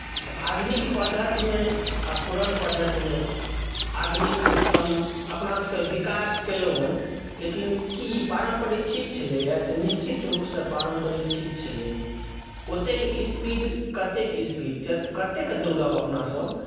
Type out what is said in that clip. तऽ आधुनिक पद्धतिमे आ पुरान पद्धतिमे आधुनिकतम अपनासभक विकास केलहुँ हेँ लेकिन की ई पारम्परिक ठीक छलैए तऽ निश्चित रूपसँ पारम्परिक ठीक छलै ओतेक स्पीड कतेक स्पीड कतेक दौड़ब अपनासभ